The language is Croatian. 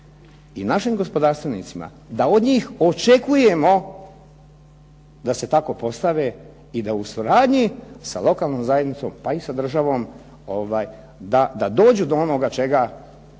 i našim gospodarstvenicima da od njih očekujemo da se tako postave i da u suradnji sa lokalnom zajednicom pa i sa državom, da dođu do onoga čega u ovome